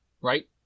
right